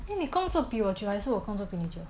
eh 你工作比我久还是我工作比你久